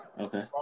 Okay